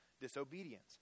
disobedience